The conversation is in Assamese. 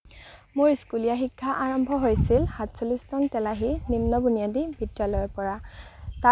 মোৰ স্কুলীয়া শিক্ষা আৰম্ভ হৈছিল সাতচল্লিছ নং তেলাহী নিম্ন বুনিয়াদী বিদ্যালয়ৰ পৰা